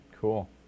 Cool